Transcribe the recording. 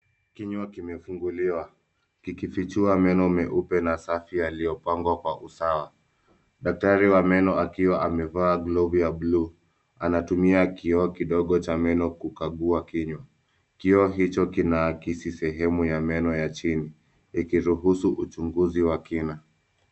Kinywa kimefunguliwa kikifichua meno meupe na safi yaliyopangwa kwa usawa, dakatari wa meno akiwa amevaa glovu ya buluu anatumia kioo kidogo cha meno kukagua kinywa. Kioo hicho kina kikisehemu ya meno ya chini ikiruhusu uchunguzi wa kina.